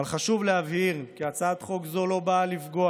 חשוב להבהיר כי הצעת חוק זו לא באה לפגוע